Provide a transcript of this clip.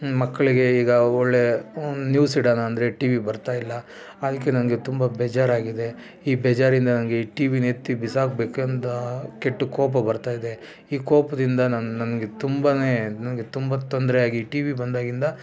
ಮಕ್ಕಳಿಗೆ ಈಗ ಒಳ್ಳೆ ನ್ಯೂಸ್ ಇಡಣ ಅಂದರೆ ಟಿ ವಿ ಬರ್ತಾಯಿಲ್ಲ ಅದ್ಕೆ ನನಗೆ ತುಂಬ ಬೇಜಾರಾಗಿದೆ ಈ ಬೇಜಾರಿಂದ ನನಗೆ ಈ ಟಿ ವಿನೆತ್ತಿ ಬಿಸಾಕಬೇಕಂತ ಕೆಟ್ಟು ಕೋಪ ಬರ್ತಾಯಿದೆ ಈ ಕೋಪದಿಂದ ನನ್ನ ನನಗೆ ತುಂಬ ನನಗೆ ತುಂಬ ತೊಂದರೆಯಾಗಿ ಟಿ ವಿ ಬಂದಾಗಿಂದ